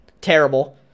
Terrible